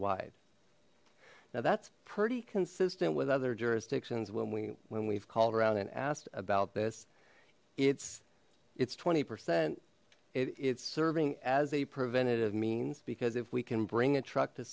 wide now that's pretty consistent with other jurisdictions when we when we've called around and asked about this it's it's twenty percent it's serving as a preventative means because if we can bring a truck to